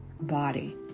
body